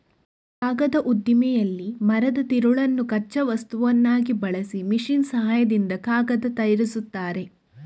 ಕಾಗದದ ಉದ್ದಿಮೆಯಲ್ಲಿ ಮರದ ತಿರುಳನ್ನು ಕಚ್ಚಾ ವಸ್ತುವನ್ನಾಗಿ ಬಳಸಿ ಮೆಷಿನ್ ಸಹಾಯದಿಂದ ಕಾಗದ ತಯಾರಿಸ್ತಾರೆ